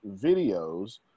videos